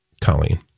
Colleen